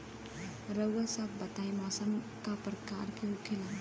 रउआ सभ बताई मौसम क प्रकार के होखेला?